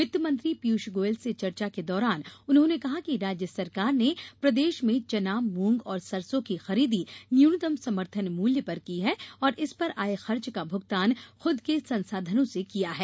वित्तमंत्री पीयूष गोयल से चर्चा के दौरान उन्होंने कहा कि राज्य सरकार ने प्रदेश में चना मूंग और सरसों की खरीदी न्यूनतम समर्थन मूल्य पर की है और इसपर आये खर्च का भुगतान खुद के संसाधनों से किया है